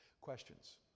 Questions